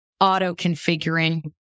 auto-configuring